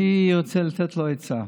אני רוצה לתת לו עצה.